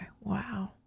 Wow